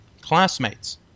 classmates